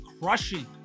crushing